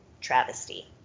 travesty